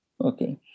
Okay